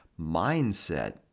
mindset